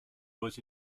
was